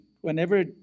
whenever